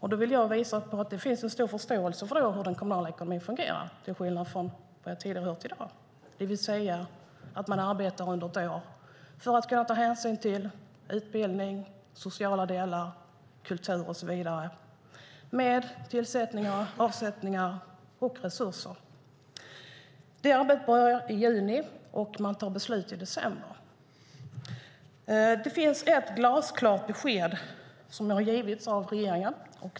Jag vill visa på att det finns en stor förståelse för hur den kommunala ekonomin fungerar, till skillnad från vad jag har hört tidigare i dag. Man arbetar alltså under ett år för att kunna ta hänsyn till utbildning, sociala delar, kultur och så vidare, med tillsättningar, avsättningar och resurser. Det arbetet börjar i juni, och man tar beslut i december. Det finns ett glasklart besked som har givits av regeringen.